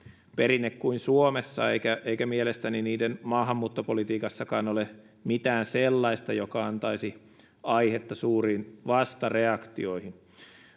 kuin suomessa eikä mielestäni niiden maahanmuuttopolitiikassakaan ole mitään sellaista joka antaisi aihetta suuriin vastareaktioihin